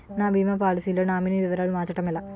నా భీమా పోలసీ లో నామినీ వివరాలు మార్చటం ఎలా?